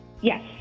Yes